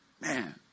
Man